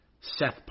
seth